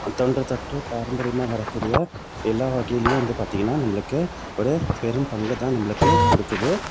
தொன்றுதொட்டு பாரம்பரியமாக வரக்கூடிய எல்லா வகையிலேயும் வந்து பார்த்திங்கன்னா நம்மளுக்கு ஒரு பெரும் பங்கை தான் நம்மளுக்கு கொடுக்குது